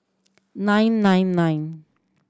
nine nine nine